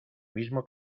mismo